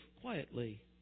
quietly